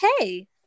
Okay